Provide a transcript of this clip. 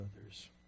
others